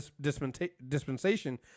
dispensation